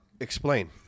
Explain